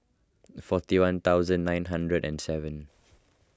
forty one thousand nine hundred and seven